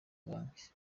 banki